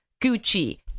gucci